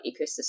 ecosystem